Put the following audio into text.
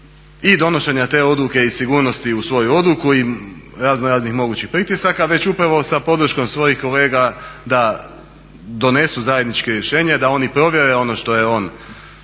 i donošenje odluke i sigurnosti u svoju odluku i raznoraznih mogućih pritisaka već upravo sa podrškom svojih kolega da donesu zajednička rješenje da oni provjere ono što je on